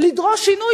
לדרוש שינוי,